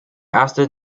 erste